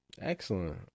Excellent